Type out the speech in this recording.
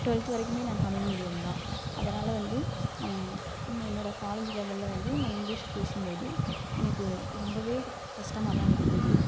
twelfth வரைக்கும் நான் Tamil medium தான் அதனால் வந்து நான் என்னோடய காலேஜ் லெவலில் வந்து நான் இங்கிலிஷ் பேசும் போது எனக்கு ரொம்பவே கஷ்டமாக தான் இருந்தது